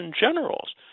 generals